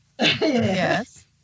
Yes